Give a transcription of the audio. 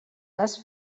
les